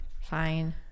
Fine